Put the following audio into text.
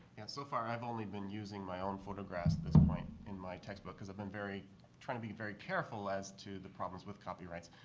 so far, i've only been using my own photographs at this point in my textbook because i've been trying to be very careful as to the problems with copyrights.